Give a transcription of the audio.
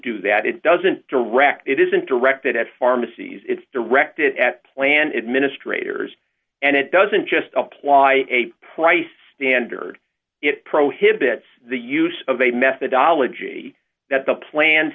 do that it doesn't direct it isn't directed at pharmacies it's directed at plant administrators and it doesn't just apply a price standard it prohibits the use of a methodology that the plans